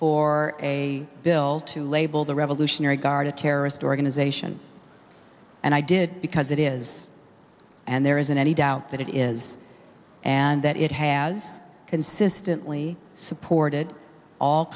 for a bill to label the revolutionary guard a terrorist organization and i did because it is and there isn't any doubt that it is and that it has consistently supported all